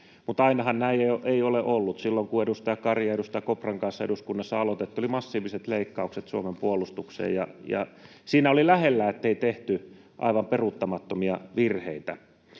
Mutta ainahan näin ei ole ollut. Silloin kun edustaja Karin ja edustaja Kopran kanssa eduskunnassa aloitettiin, oli massiiviset leikkaukset Suomen puolustukseen, ja siinä oli lähellä, ettei tehty aivan peruuttamattomia virheitä.